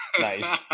Nice